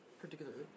particularly